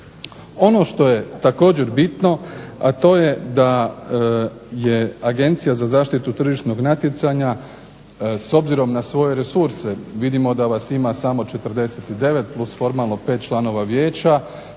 Ono što je također bitno, a to je da je Agencija za zaštitu tržišnog natjecanja s obzirom na svoje resurse, vidimo da vas ima samo 49 plus formalno 5 članova Vijeća,